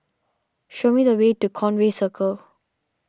show me the way to Conway Circle